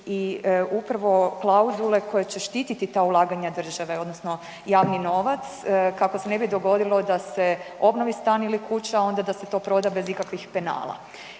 i upravo klauzule koje će štititi ta ulaganja države, odnosno javni novac, kako se ne bi dogodilo da se obnovi stan ili kuća, onda da se to proda bez ikakvih penala.